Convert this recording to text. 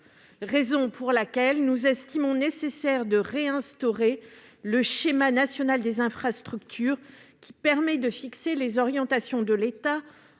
raison pour laquelle nous estimons nécessaire de réinstaurer le schéma national des infrastructures, qui permet de fixer les orientations de l'État en